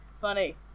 funny